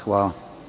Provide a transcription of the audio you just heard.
Hvala.